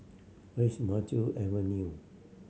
where is Maju Avenue